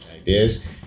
ideas